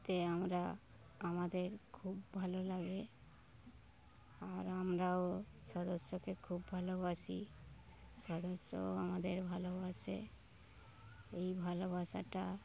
তে আমরা আমাদের খুব ভালো লাগে আর আমরাও সদস্যকে খুব ভালোবাসি সদস্যও আমাদের ভালোবাসে এই ভালোবাসাটা